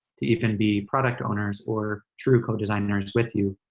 to even be product owners or true co-designers with you.